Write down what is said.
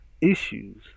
issues